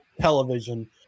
television